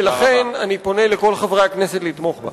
ולכן אני פונה לכל חברי הכנסת לתמוך בה.